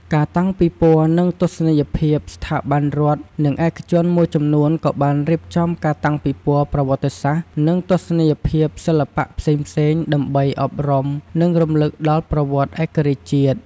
ការតាំងពិព័រណ៍ និងទស្សនីយភាព ស្ថាប័នរដ្ឋ និងឯកជនមួយចំនួនក៏បានរៀបចំការតាំងពិព័រណ៍ប្រវត្តិសាស្ត្រ និងទស្សនីយភាពសិល្បៈផ្សេងៗ ដើម្បីអប់រំ និងរំលឹកដល់ប្រវត្តិឯករាជ្យជាតិ។